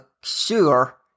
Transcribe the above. sure